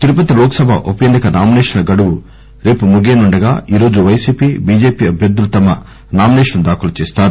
తిరుపతి లోక్ సభ ఉప ఎన్ని క నామినేషన్ల గడువు రేపు ముగియనుండగా ఈరోజు వైసిపి బిజెపి అభ్యర్థులు తమ నామినేషన్లు దాఖలు చేస్తారు